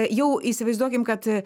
jau įsivaizduokim kad